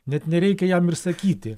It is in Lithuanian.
net nereikia jam ir sakyti